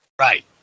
Right